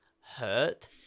hurt